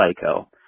Psycho